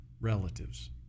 relatives